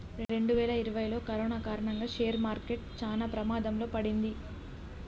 రెండువేల ఇరవైలో కరోనా కారణంగా షేర్ మార్కెట్ చానా ప్రమాదంలో పడింది